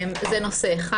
זה נושא אחד.